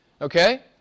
Okay